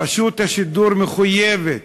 רשות השידור מחויבת,